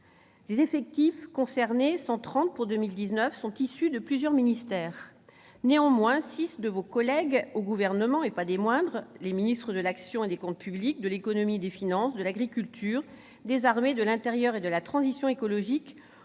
Les effectifs concernés, 130 pour 2019, sont issus de plusieurs ministères. Néanmoins, six de vos collègues du Gouvernement, et non des moindres- les ministres de l'action et des comptes publics, de l'économie et des finances, de l'agriculture, des armées, de l'intérieur et de la transition écologique